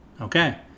Okay